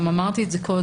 גם אמרתי את זה קודם,